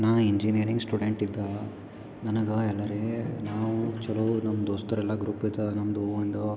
ನಾ engineering student ಇದ್ದವ ನನಗ ಎಲ್ಲರೆ ನಾವು ಚಲೋ ನಮ್ಮ ದೋಸ್ತರೆಲ್ಲ ಗ್ರೂಪ್ ಇರ್ತದ ನಮ್ಮದು ಒಂದು